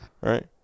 right